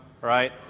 right